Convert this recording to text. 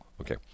Okay